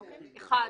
אחד.